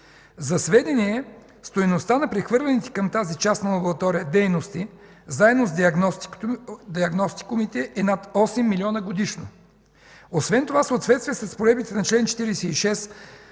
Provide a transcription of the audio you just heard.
За сведение, стойността на прехвърлените към тази частна лаборатория дейности, заедно с диагностикомите, е над 8 милиона годишно. Освен това в съответствие с разпоредбите на чл. 46г